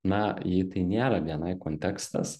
na jei tai nėra bni kontekstas